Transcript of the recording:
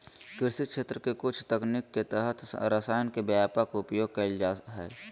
कृषि क्षेत्र के कुछ तकनीक के तहत रसायन के व्यापक उपयोग कैल जा हइ